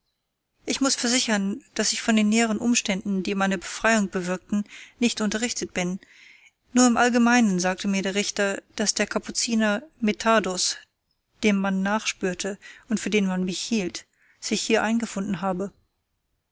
ich muß versichern daß ich von den näheren umständen die meine befreiung bewirkten nicht unterrichtet bin nur im allgemeinen sagte mir der richter daß der kapuziner medardus dem man nachspürte und für den man mich hielt sich hier eingefunden habe